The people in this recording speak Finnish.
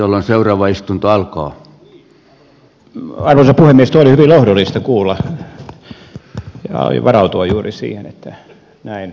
tuo oli hyvin lohdullista kuulla ja aion varautua juuri siihen että näin todella olisi